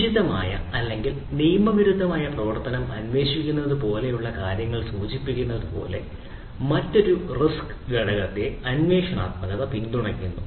അനുചിതമായ അല്ലെങ്കിൽ നിയമവിരുദ്ധമായ പ്രവർത്തനം അന്വേഷിക്കുന്നത് പോലുള്ള കാര്യങ്ങൾ സൂചിപ്പിച്ചതുപോലെ മറ്റൊരു റിസ്ക് ഘടകത്തെ അന്വേഷണാത്മക പിന്തുണയ്ക്കുന്നു